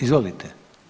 Izvolite.